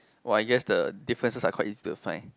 oh I guess the differences are quite easy to find